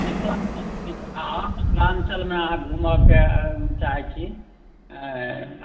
मिथिला मिथिलाञ्चलमे अहाँ घुमऽके चाहैत छी